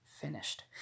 finished